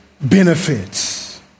benefits